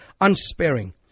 unsparing